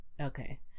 okay